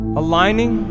aligning